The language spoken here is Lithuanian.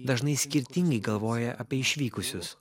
dažnai skirtingai galvoja apie išvykusius